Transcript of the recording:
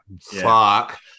fuck